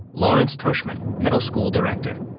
lawrence tushman middle-school director